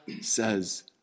says